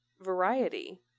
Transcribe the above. variety